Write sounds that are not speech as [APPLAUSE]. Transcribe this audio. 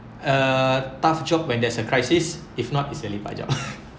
uh tough job when there's a crisis if not it's a lepak job [LAUGHS]